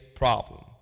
problem